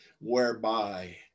whereby